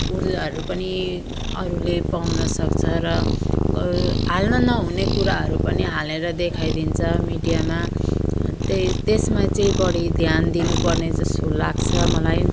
उर्जाहरू पनि अरूले पाउनसक्छ र हाल्न नहुने कुराहरू पनि हालेर देखाइदिन्छ मिडियामा त्यही त्यसमा चाहिँ बढी ध्यान दिनुपर्ने जस्तो लाग्छ मलाई